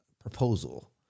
proposal